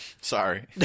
Sorry